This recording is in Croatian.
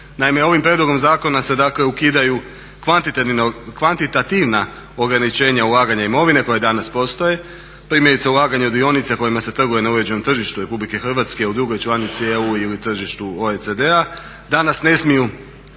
ovim prijedlogom zakona se dakle ukidaju kvantitativna ograničenja ulaganja imovine koja danas postoje. Primjerice, ulaganja u dionice kojima se trguje na uređenom tržištu RH, u drugoj članici EU ili tržištu OECD-a. Danas ne smiju